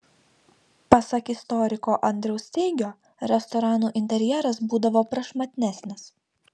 pasak istoriko andriaus zeigio restoranų interjeras būdavo prašmatnesnis